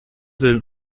will